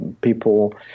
people